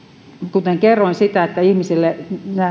kuten kerroin ihmisille